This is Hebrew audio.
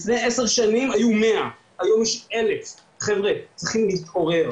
לפני עשר שנים היו 100. היום יש 1,000. חבר'ה צריכים להתעורר,